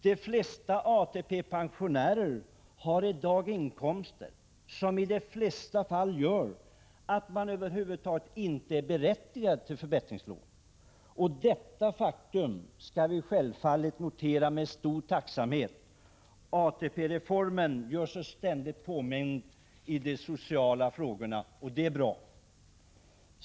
De flesta ATP-pensionärer har i dag inkomster som gör att man inte är berättigad till förbättringslån. Detta faktum skall vi naturligtvis notera med stor tacksamhet. ATP-reformen gör sig ständigt påmind i de sociala frågorna, och det är bra.